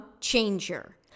changer